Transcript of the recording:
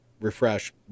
refresh